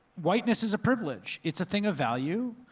whiteness is a privilege, it's a thing of value,